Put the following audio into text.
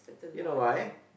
you know why